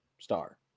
star